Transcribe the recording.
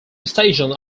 stations